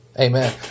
Amen